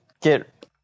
get